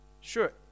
Sure